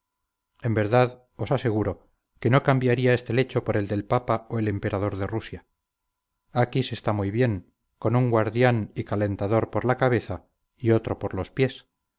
en verdad os aseguro que no cambiaría este lecho por el del papa o el emperador de rusia aquí se está muy bien con un guardián y calentador por la cabeza y otro por los pies